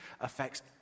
affects